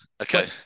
Okay